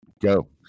Go